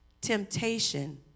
Temptation